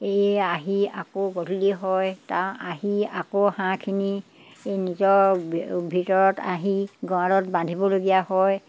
এই আহি আকৌ গধূলি হয় তাৰ আহি আকৌ হাঁহখিনি এই নিজৰ ভিতৰত আহি গড়ালত বান্ধিবলগীয়া হয়